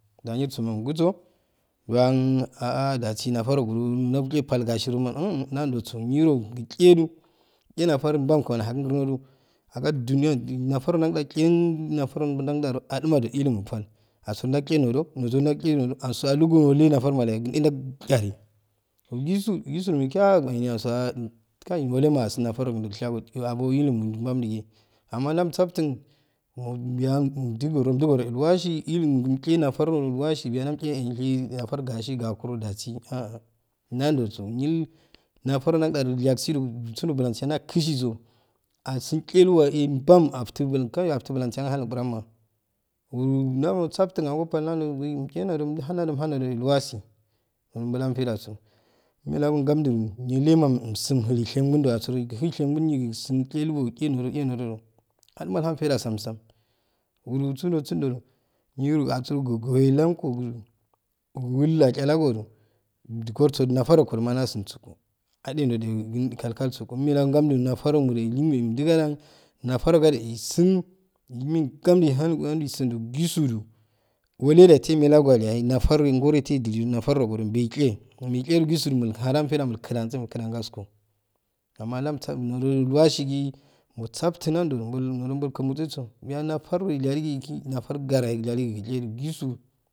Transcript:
Jayi mirsoma mugutso juwun dasise nafar ango ju janje bal gasidu nanjotso yiro kicheju chenafaru bam kmani ahakan grnoju agai juniya a nafara akanda chem nafara damjum jajo adina jo ilama bal asuro jal chenodo nojo nalche nodo ansoalukowaleyaye natar malayaye knye jon chai chesu chesu miki ehni anso kai watema asun nafaregun jol shago yoabo ilumumbam jige amma jams aftun mum biya umjugoro umjugorojiya uiwasi ilumu inchenafar amolwatsibiya jam kenatar gatsi gokurojasi nanjotso nil nafar nanjun ja jo yaksidu sundo bulon nan kisisusu asil chelwa ibam aftu bul kawai aftun bulun ahn lnguranma wuro damwosaftun aho bal nando gi nanjo muchenando muhan nan joyel wasi urubal han faidatso umelago gamjuju yilema umsun im ilishe gun jo atsuro hei shen kunnido gitsin cheiwogigiche nodu go nonju aduma ilhan faija samsam urosunju sundodo yiro asiro aglokokeddu wui achalagoju gorso natar ungo juma in a sunso ko ajenojo kalkalso ummela gamju nafa amojulimnye umjugajan nafar gaje umsun immeyegamju lhan inquran isunju gisu ju gole ja iteme lagaruyaye nafar goro itejili n afar ungo beche meche jisuju mulha jan faida muikdanse mwku jan gasko amma jamsan dojol wasigi mo saftm nanjo jobo imol kiseso weyanafar au hor qaroyaye nafar garo naye iiyaligi che ju gisu.